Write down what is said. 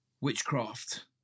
witchcraft